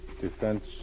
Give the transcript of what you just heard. defense